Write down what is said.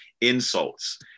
insults